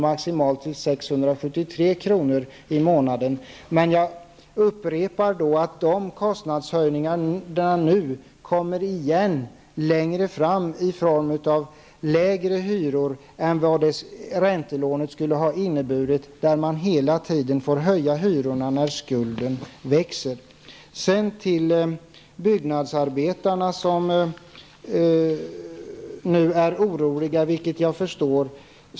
Jag vill upprepa att man längre fram får igen dessa kostnadshöjningar i form av lägre hyror än vad räntelånesystemet skulle ha inneburit. Med räntelånesystemet höjs hyrorna hela tiden när skulden växer. Byggnadsarbetarna är oroliga, vilket jag förstår.